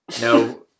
No